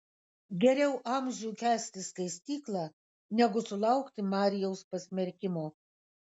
geriau amžių kęsti skaistyklą negu sulaukti marijaus pasmerkimo